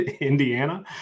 Indiana